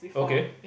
okay